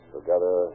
Together